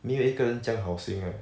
没有一个人这样好心 uh